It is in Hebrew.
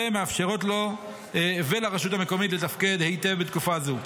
שמאפשרת לו ולרשות המקומית לתפקד היטב בתקופה זו.